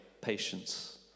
patience